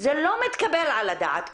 זה לא מתקבל על הדעת.